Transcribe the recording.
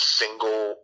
single